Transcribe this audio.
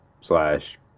slash